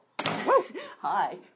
Hi